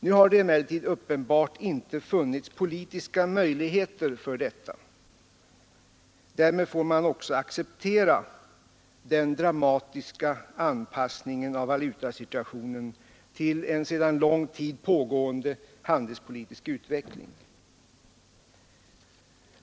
Nu har det emellertid uppenbart inte funnits politiska möjligheter för detta. Därmed får man också acceptera den dramatiska anpassningen av betalningssystemen till en sedan lång tid pågående handelspolitisk utveckling.